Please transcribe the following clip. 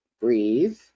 breathe